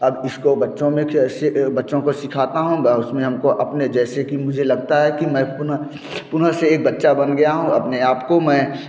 अब इसको बच्चों में बच्चों को सिखाता हूँ उसमें हमको अपने जैसे कि मुझे लगता है कि मैं पुनः पुनः से एक बच्चा बन गया हूं अपने आपको मैं